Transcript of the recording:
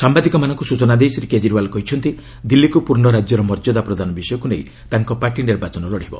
ସାମ୍ବାଦିକମାନଙ୍କୁ ସୂଚନା ଦେଇ ଶ୍ରୀ କେଜରିଓ୍ୱାଲ୍ କହିଛନ୍ତି ଦିଲ୍ଲୀକୁ ପୂର୍ଣ୍ଣ ରାଜ୍ୟର ମର୍ଯ୍ୟାଦା ପ୍ରଦାନ ବିଷୟକୁ ନେଇ ତାଙ୍କ ପାର୍ଟି ନିର୍ବାଚନ ଲଢ଼ିବ